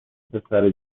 پسره